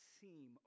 seem